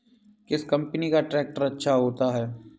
किस कंपनी का ट्रैक्टर अच्छा होता है?